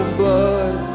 blood